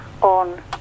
on